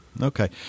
Okay